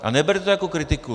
A neberte to jako kritiku.